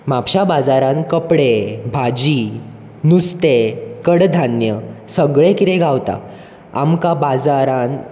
म्हापसा बाजारांत कपडे भाजी नुस्तें कडधान्य सगळें कितें गावता आमकां बाजारांत